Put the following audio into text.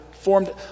formed